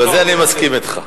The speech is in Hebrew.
בזה אני מסכים אתך.